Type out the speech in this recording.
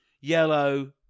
yellow